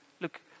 look